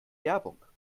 werbung